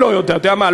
אתה יודע מה,